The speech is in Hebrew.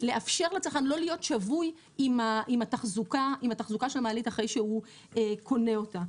לאפשר לצרכן לא להיות שבוי עם התחזוקה של המעלית אחרי שהוא קונה אותה.